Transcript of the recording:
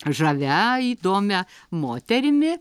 žavia įdomia moterimi